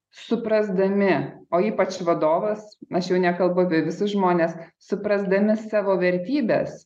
suprasdami o ypač vadovas aš jau nekalbu apie visus žmones suprasdami savo vertybes